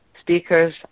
speakers